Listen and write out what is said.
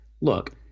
look